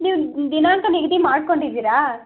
ನೀವು ದಿನಾಂಕ ನಿಗದಿ ಮಾಡ್ಕೊಂಡಿದ್ದೀರಾ